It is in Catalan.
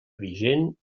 vigent